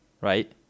right